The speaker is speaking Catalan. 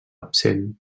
absent